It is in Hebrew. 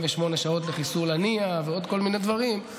שעות לחיסול הנייה ועוד כל מיני דברים,